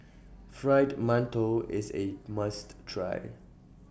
Fried mantou IS A must Try